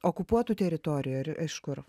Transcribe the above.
okupuotų teritorijų ar iš kur